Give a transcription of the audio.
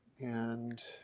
and